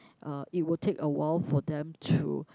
uh it will take awhile for them to